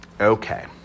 Okay